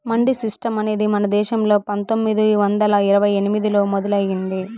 mandi system అనేది మన దేశంలో పందొమ్మిది వందల ఇరవై ఎనిమిదిలో మొదలయ్యింది